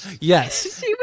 Yes